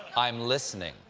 i'm listening.